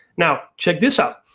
now check this out.